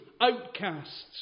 outcasts